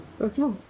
okay